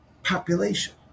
population